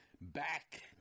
back